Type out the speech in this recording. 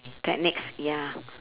techniques ya